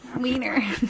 wiener